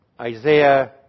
Isaiah